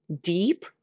deep